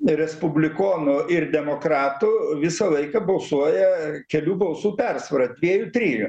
respublikonų ir demokratų visą laiką balsuoja kelių balsų persvara dviejų trijų